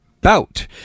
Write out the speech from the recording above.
Bout